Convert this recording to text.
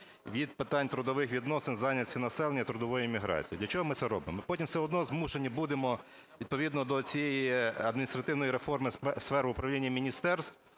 від питань трудових відносин, зайнятості населення, трудової міграції. Для чого ми це робимо? Ми потім все одно змушені будемо відповідно до цієї адміністративної реформи сфер управління міністерств